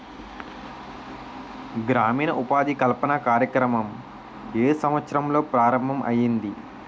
గ్రామీణ ఉపాధి కల్పన కార్యక్రమం ఏ సంవత్సరంలో ప్రారంభం ఐయ్యింది?